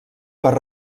per